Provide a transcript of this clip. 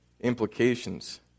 implications